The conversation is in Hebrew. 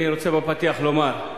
אני רוצה בפתיח לומר,